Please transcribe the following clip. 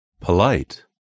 Polite